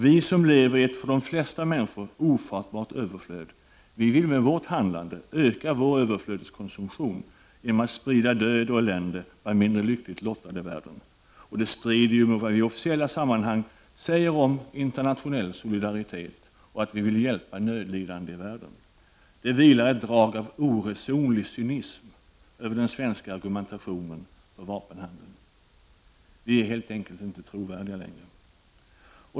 Vi, som lever i ett för de flesta människor ofattbart överflöd, vill med vårt handlande öka vår överflödskonsumtion genom att sprida död och elände bland mindre lyckligt lottade i världen. Det strider mot vad man i officiella sammanhang säger om internationell solidaritet och om att vi vill hjälpa nödlidande i världen. Det vilar ett drag av oresonlig cynism över den svenska argumentationen för vapenhandeln. Vi är helt enkelt inte trovärdiga längre.